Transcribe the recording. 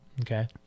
Okay